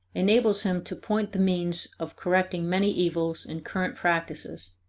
enables him to point the means of correcting many evils in current practices,